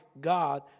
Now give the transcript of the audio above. God